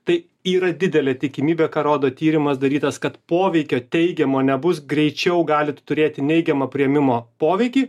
tai yra didelė tikimybė ką rodo tyrimas darytas kad poveikio teigiamo nebus greičiau galit turėti neigiamą priėmimo poveikį